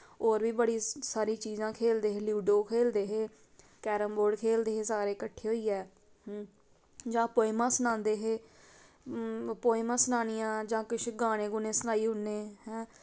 होर बी बड़ी सारी चीजां खेलदे हे लूड्डो खेलदे हे कैरम बोर्ड खेलदे हे सारे कट्ठे होइयै जां पोइमां सनांदे हे पोइमां सनानियां जां कुछ गाने गूनें सनाई ओड़ने